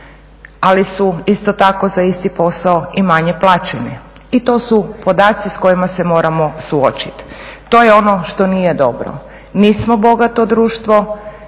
ali su isto tako za isti posao i manje plaćene. I to su podaci s kojima se moramo suočiti. To je ono što nije dobro. Nismo bogato društvo,